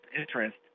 interest